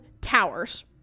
towers